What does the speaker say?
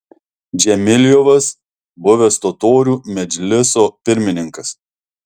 džemiliovas buvęs totorių medžliso pirmininkas